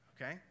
Okay